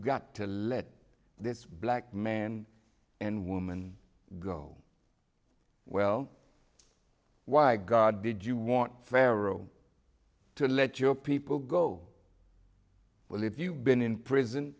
got to let this black man and woman go well why god did you want pharaoh to let your people go well if you've been in prison